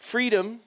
Freedom